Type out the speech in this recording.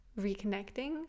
reconnecting